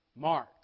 Mark